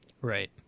Right